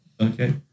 Okay